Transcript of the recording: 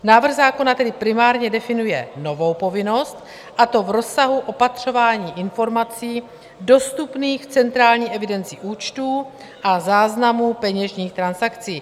Návrh zákona tedy primárně definuje novou povinnost, a to v rozsahu opatřování informací dostupných v centrální evidenci účtů a záznamů peněžních transakcí.